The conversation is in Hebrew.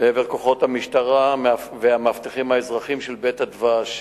לעבר כוחות המשטרה והמאבטחים האזרחיים של "בית הדבש",